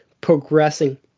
progressing